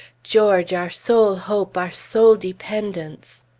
george, our sole hope our sole dependence.